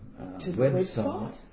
website